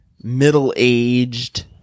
middle-aged